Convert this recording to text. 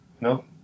No